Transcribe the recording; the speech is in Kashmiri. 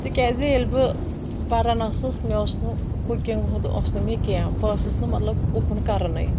تِکیازِ ییٚلہِ بہٕ پران ٲسس مےٚ اوس نہٕ کُکنٛگ ہُنٛد اوس نہٕ مےٚ کینٛہہ بہٕ ٲسس نہٕ مطلب اُکُن کرنٕے